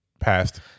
passed